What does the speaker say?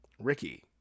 Ricky